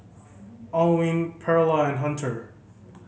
Alwine Perla and Hunter